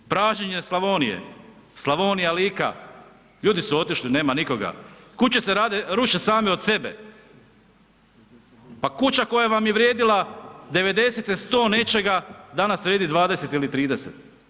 Pražnjenje Slavonije, Slavonija, Lika, ljudi su otišli nema nikoga, kuće se ruše same od sebe, pa kuća koja vam je vrijedila '90. 100 nečega danas vrijedi 20 ili 30.